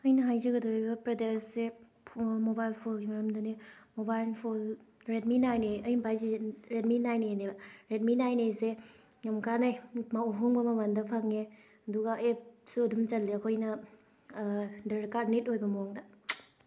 ꯑꯩꯅ ꯍꯥꯏꯖꯒꯗꯧꯔꯤꯅ ꯄ꯭ꯔꯗꯛ ꯑꯁꯦ ꯐꯣꯟ ꯃꯣꯕꯥꯜ ꯐꯣꯜꯒꯤ ꯃꯔꯝꯗꯅꯤ mobile phone Redmi nine A ꯑꯩꯅ ꯄꯥꯏꯔꯤꯁꯦ ꯔꯦꯗꯃꯤ ꯅꯥꯏꯟ ꯑꯦꯅꯦꯕ ꯔꯦꯗꯃꯤ ꯅꯥꯏꯟ ꯑꯦꯁꯦ ꯌꯥꯝ ꯀꯥꯟꯅꯩ ꯑꯍꯑꯣꯡꯕ ꯃꯃꯟꯗ ꯐꯪꯉꯦ ꯑꯗꯨꯒ ꯑꯦꯞꯁꯨ ꯑꯗꯨꯝ ꯆꯜꯂꯦ ꯑꯩꯈꯣꯏꯅ ꯗꯔꯀꯥꯔ ꯅꯤꯗ ꯑꯣꯏꯕ ꯃꯑꯣꯡꯗ